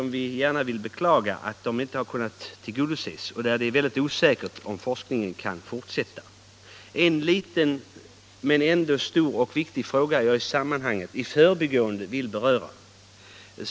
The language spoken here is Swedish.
Det finns en liten men i sitt sammanhang betydelsefull och viktig fråga som jag i förbigående vill beröra.